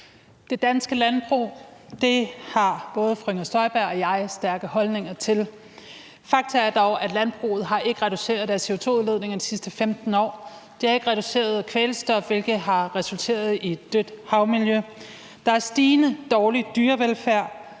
Det danske landbrug har både fru Inger Støjberg og jeg stærke holdninger til. Fakta er dog, at landbruget ikke har reduceret deres CO2 udledning de sidste 15 år. De har ikke reduceret udledningen af kvælstof, hvilket har resulteret i et dødt havmiljø. Der er stigende dårlig dyrevelfærd.